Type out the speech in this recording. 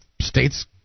states